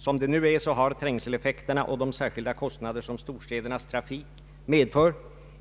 Som det nu är har trängseleffekterna och de särskilda kostnader som storstädernas trafik medför